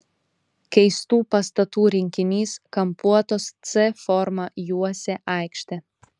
keistų pastatų rinkinys kampuotos c forma juosė aikštę